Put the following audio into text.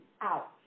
out